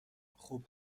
خوب